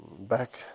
back